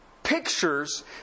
Pictures